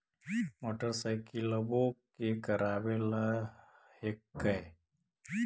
मोटरसाइकिलवो के करावे ल हेकै?